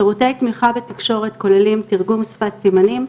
שירותי תמיכה בתקשורת כוללים תרגום שפת סימנים,